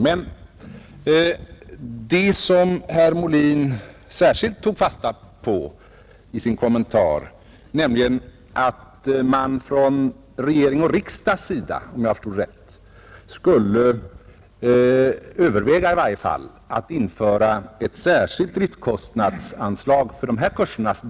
Men om jag förstod rätt tog herr Molin i sin kommentar särskilt fasta på att regering och riksdag skulle i varje fall överväga att, av de skäl som anfördes, inrätta ett driftkostnadsanslag för dessa kurser.